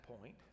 point